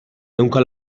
ehunka